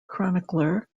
chronicler